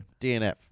DNF